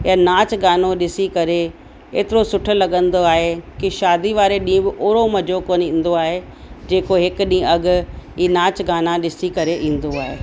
ए नाच गानो ॾिसी करे एतिरो सुठो लॻंदो आहे की शादी वारे ॾींहुं बि ओड़ो मज़ो कोन ईंदो आहे जेको हिकु ॾींहुं अॻु ई नाच गाना ॾिसी करे ईंदो आहे